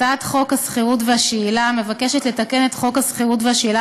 הצעת חוק השכירות והשאילה מבקשת לתקן את חוק השכירות והשאילה